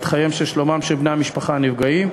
חייהם ואת שלומם של בני המשפחה הנפגעים,